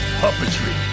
puppetry